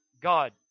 God